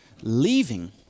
leaving